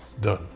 done